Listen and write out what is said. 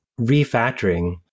refactoring